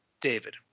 David